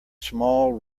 small